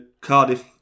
Cardiff